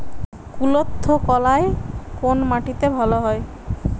কুলত্থ কলাই কোন মাটিতে ভালো হয়?